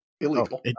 Illegal